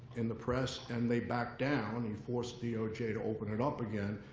in the press, and they backed down he forced doj to open it up again.